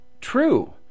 true